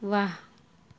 واہ